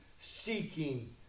seeking